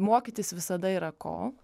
mokytis visada yra ko